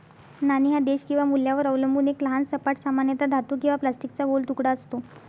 नाणे हा देश किंवा मूल्यावर अवलंबून एक लहान सपाट, सामान्यतः धातू किंवा प्लास्टिकचा गोल तुकडा असतो